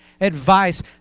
advice